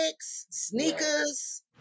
sneakers